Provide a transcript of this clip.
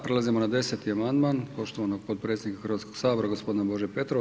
Prelazimo na 10. amandman poštovanog potpredsjednika Hrvatskog sabora gospodina Bože Petrova.